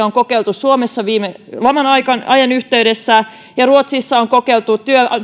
on kokeiltu suomessa viime laman yhteydessä ja ruotsissa on kokeiltu